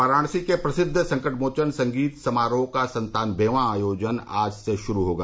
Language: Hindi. वाराणसी के प्रसिद्व संकटमोचन संगीत समारोह का सत्तानबेवां आयोजन आज से श्रू होगा